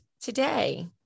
today